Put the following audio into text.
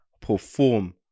perform